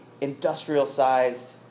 industrial-sized